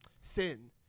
Sin